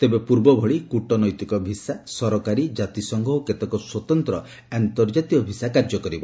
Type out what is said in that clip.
ତେବେ ପୂର୍ବ ଭଳି କ୍ରଟନୈତିକ ଭିସା ସରକାରୀ କାତିସଂଘ ଓ କେତେକ ସ୍ୱତନ୍ତ୍ର ଆନ୍ତର୍ଜାତୀୟ ଭିସା କାର୍ଯ୍ୟ କରିବ